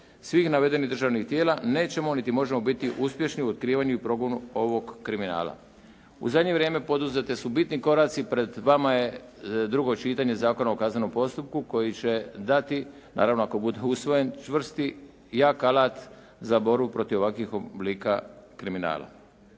svih navedenih državnih tijela nećemo niti možemo biti uspješni u otkrivanju i progonu ovog kriminala. U zadnje vrijeme poduzeti su bitni koraci. Pred vama je drugo čitanje Zakona o kaznenom postupku koji će dati, naravno ako bude usvojen čvrsti, jak alat za borbu protiv ovakvih oblika kriminala.